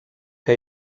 que